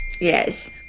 Yes